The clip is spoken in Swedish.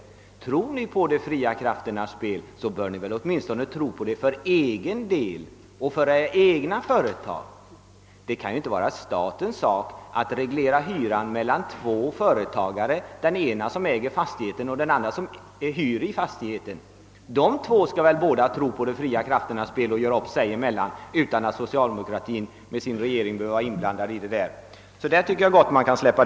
Tror ni inom högerpartiet på de fria krafternas spel, bör ni också göra det för era egna företags del. Det kan inte vara statens sak att reglera hyresavtal mellan två företagare, en som äger fastigheten och en annan som hyr. Dessa två skall väl båda tro på de fria krafternas spel och göra upp sig emellan utan att socialdemokratin med sin regering behöver vara inblandad. På denna punkt kan man släppa marknaden fri.